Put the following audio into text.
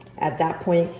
at that point,